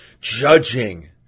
judging